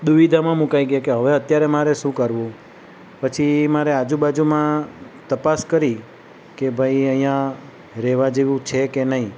દુવિધામાં મુકાઈ ગયા કે હવે અત્યારે મારે શું કરવું પછી મારે આજુ બાજુમાં તપાસ કરી કે ભાઈ અહીંયા રહેવા જેવું છે કે નહીં